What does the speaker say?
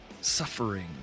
Suffering